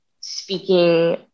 speaking